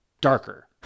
darker